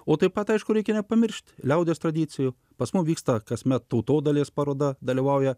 o taip pat aišku reikia nepamiršti liaudies tradicijų pas mus vyksta kasmet tautodailės paroda dalyvauja